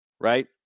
right